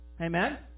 Amen